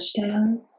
touchdown